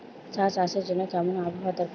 চা চাষের জন্য কেমন আবহাওয়া দরকার?